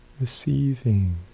Receiving